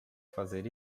fazer